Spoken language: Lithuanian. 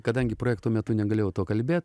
kadangi projekto metu negalėjau to kalbėt